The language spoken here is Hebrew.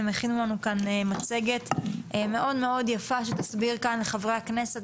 הם הכינו לנו כאן מצגת מאוד יפה שתסביר כאן גם לחברי הכנסת